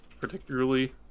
particularly